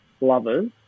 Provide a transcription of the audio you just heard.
lovers